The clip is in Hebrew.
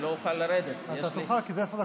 על מה אתה מסמן לך וי היום,